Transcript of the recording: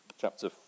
chapter